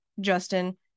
justin